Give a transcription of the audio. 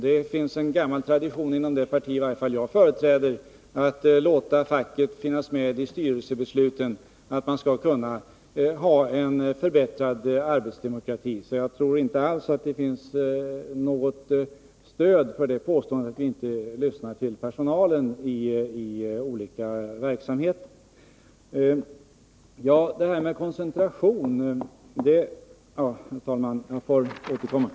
Det finns i varje fall i det parti som jag företräder en gammal tradition av krav på att man skall låta facket finnas med vid styrelsebesluten liksom på att förbättringar av arbetsdemokratin skall genomföras. Jag tror därför inte alls att det finns något stöd för påståendet att vi inte lyssnar på personalen i olika verksamheter. Herr talman! Jag får återkomma till frågan om koncentrationen.